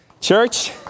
Church